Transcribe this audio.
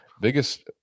biggest